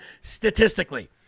statistically